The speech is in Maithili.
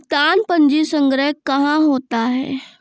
भुगतान पंजी संग्रह कहां होता हैं?